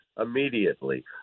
immediately